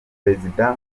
prezida